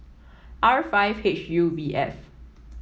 R five H U V F